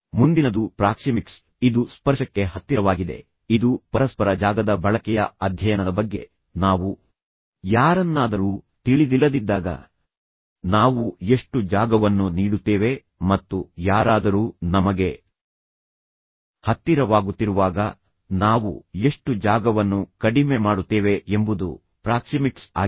ಮುಂದಿನದು ಪ್ರಾಕ್ಸಿಮಿಕ್ಸ್ ಇದು ಸ್ಪರ್ಶಕ್ಕೆ ಹತ್ತಿರವಾಗಿದೆ ಇದು ಪರಸ್ಪರ ಜಾಗದ ಬಳಕೆಯ ಅಧ್ಯಯನದ ಬಗ್ಗೆ ನಾವು ಯಾರನ್ನಾದರೂ ತಿಳಿದಿಲ್ಲದಿದ್ದಾಗ ನಾವು ಎಷ್ಟು ಜಾಗವನ್ನು ನೀಡುತ್ತೇವೆ ಮತ್ತು ಯಾರಾದರೂ ನಮಗೆ ಹತ್ತಿರವಾಗುತ್ತಿರುವಾಗ ನಾವು ಎಷ್ಟು ಜಾಗವನ್ನು ಕಡಿಮೆ ಮಾಡುತ್ತೇವೆ ಎಂಬುದು ಪ್ರಾಕ್ಸಿಮಿಕ್ಸ್ ಆಗಿದೆ